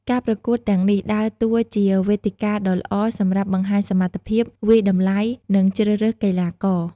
ការប្រកួតទាំងនេះដើរតួជាវេទិកាដ៏ល្អសម្រាប់ បង្ហាញសមត្ថភាព វាយតម្លៃ និងជ្រើសរើសកីឡាករ។